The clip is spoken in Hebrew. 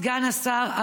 סגן השר,